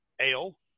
ale